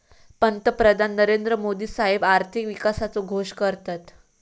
पंतप्रधान नरेंद्र मोदी साहेब आर्थिक विकासाचो घोष करतत